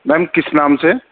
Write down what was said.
میم کس نام سے